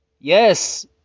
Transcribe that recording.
yes